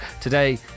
today